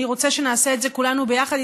אני רוצה שנעשה את זה כולנו ביחד,